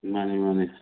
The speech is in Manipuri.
ꯃꯥꯅꯦ ꯃꯥꯅꯦ